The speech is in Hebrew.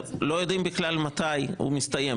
לא יודעים בכלל מתי הוא מסתיים.